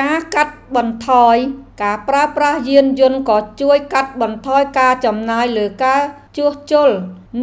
ការកាត់បន្ថយការប្រើប្រាស់យានយន្តក៏ជួយកាត់បន្ថយការចំណាយលើការជួសជុល